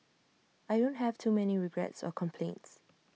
I don't have too many regrets or complaints